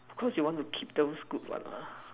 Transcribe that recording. of course you want to keep those good one mah